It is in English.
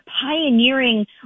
pioneering